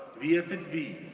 via fit vi,